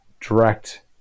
direct